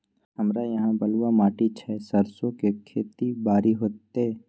हमरा यहाँ बलूआ माटी छै सरसो के खेती बारी होते?